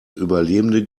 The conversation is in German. überlebende